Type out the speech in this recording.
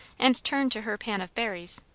and turned to her pan of berries.